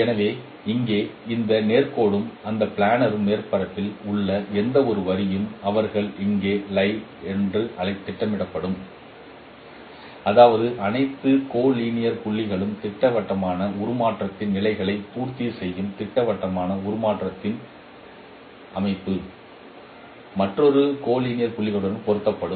எனவே இங்கே எந்த நேர் கோடும் இந்த பிளானர் மேற்பரப்பில் உள்ள எந்தவொரு வரியும் அவர்கள் இங்கே லை என்று திட்டமிடப்படும் அதாவது அனைத்து கோலைனியர் புள்ளிகளும் திட்டவட்டமான உருமாற்றத்தின் நிலைமைகளை பூர்த்திசெய்யும் உருமாறும் இடத்தில் உள்ள மற்றொரு கோலைனியர் புள்ளிகளுடன் பொருத்தப்படும்